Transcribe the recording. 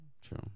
True